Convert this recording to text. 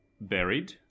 buried